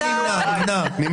הצבעה מס' 10 בעד ההסתייגות 4 נגד,